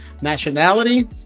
nationality